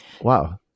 Wow